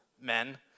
men